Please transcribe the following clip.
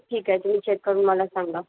ठीक आहे तुम्ही चेक करून मला सांगा